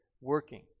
working